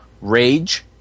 Rage